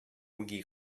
үги